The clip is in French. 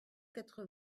quatre